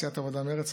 סיעת העבודה-מרצ,